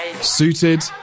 Suited